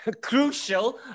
Crucial